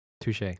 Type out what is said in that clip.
Touche